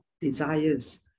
desires